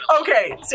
Okay